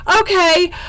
Okay